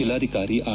ಜೆಲ್ಲಾಧಿಕಾರಿ ಆರ್